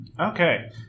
Okay